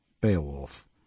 beowulf